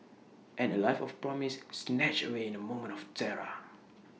and A life of promise snatched away in A moment of terror